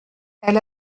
elle